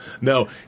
No